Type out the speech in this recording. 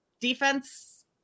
defense